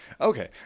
Okay